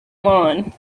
lawn